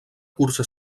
cursa